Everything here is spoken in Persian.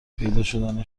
پیداشدن